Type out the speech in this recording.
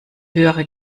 höhere